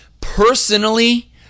personally